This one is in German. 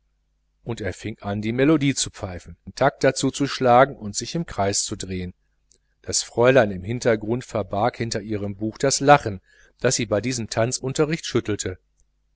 und er fing an die melodie zu pfeifen den takt dazu zu schlagen und sich im kreis zu drehen das fräulein im hintergrund verbarg hinter ihrem buch das lachen das sie bei diesem tanzunterricht schüttelte